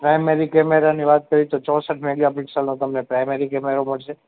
primary કેમેરાની વાત કરીએ તો ચોંસઠ મેગા પિક્સલનો તમને પ્રાઇમરી કેમેરો મળશે